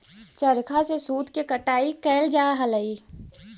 चरखा से सूत के कटाई कैइल जा हलई